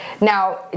Now